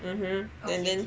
mmhmm and then